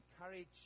encourage